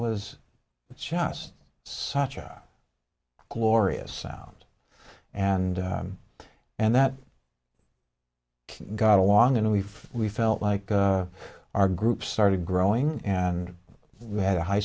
was just such a glorious sound and and that got along and we we felt like our group started growing and we had a high